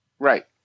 Right